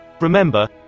Remember